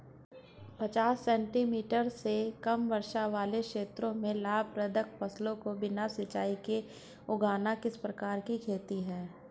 पचास सेंटीमीटर से कम वर्षा वाले क्षेत्रों में लाभप्रद फसलों को बिना सिंचाई के उगाना किस प्रकार की खेती है?